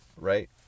right